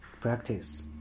practice